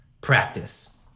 practice